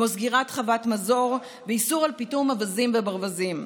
כמו סגירת חוות מזור ואיסור פיטום אווזים וברווזים.